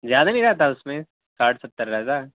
زیادہ نہیں رہتا اس میں ساٹھ ستر رہتا ہے